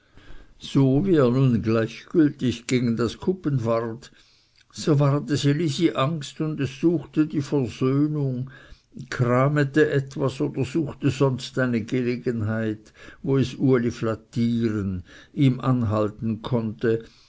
so wie er nun gleichgültig gegen das kupen ward so ward es elisi angst und es suchte die versöhnung kramete etwas oder suchte sonst eine gelegenheit wo es uli flattieren ihm anhalten konnte